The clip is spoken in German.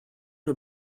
nur